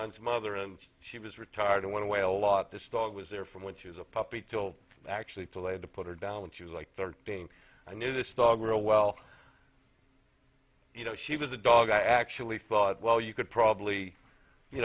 mine's mother and she was retired and went away a lot this dog was there from when she was a puppy till actually too late to put her down when she was like thirteen i knew this dog real well you know she was a dog i actually thought well you could probably you